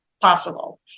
possible